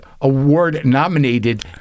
award-nominated